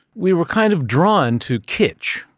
we were kind of drawn to kitch.